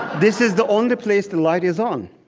this is the only place the light is on.